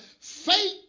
faith